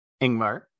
Ingmar